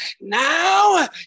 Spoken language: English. Now